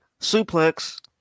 suplex